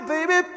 Baby